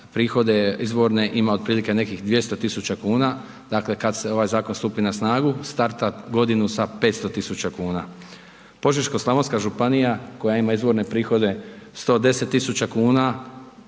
prihode izvorne ima otprilike nekih 200.000,00 kn, dakle, kad se ovaj zakon stupi na snagu, starta godinu sa 500.000,00 kn. Požeško-slavonska županija koja ima izvorne prihode 110.000,00 kn,